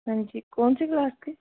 ਹਾਂਜੀ ਕੌਣ ਸੀ ਕਲਾਸ 'ਚ